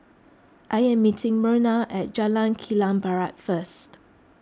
I am meeting Merna at Jalan Kilang Barat first